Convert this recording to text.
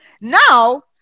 Now